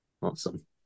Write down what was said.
Awesome